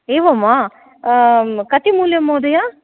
एवं वा कति मूल्यं महोदय